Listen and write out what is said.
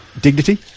Dignity